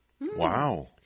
Wow